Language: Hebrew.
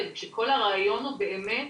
כשכל הרעיון הוא באמת,